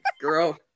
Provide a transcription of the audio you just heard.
girl